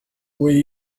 where